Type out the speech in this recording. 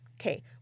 Okay